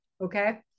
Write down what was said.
okay